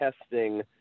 testing